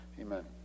Amen